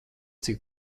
cik